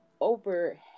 over